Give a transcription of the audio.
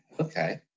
okay